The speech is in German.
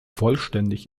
vollständig